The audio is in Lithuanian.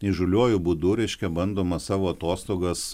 įžūliuoju būdu reiškia bandoma savo atostogas